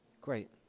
Great